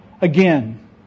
Again